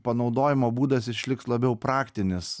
panaudojimo būdas išliks labiau praktinis